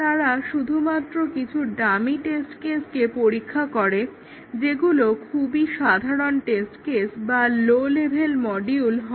তারা শুধুমাত্র কিছু ডামি টেস্ট কেসকে পরীক্ষা করে যেগুলো খুবই সাধারণ টেস্ট কেস বা লো লেভেল মডিউল হয়